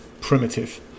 primitive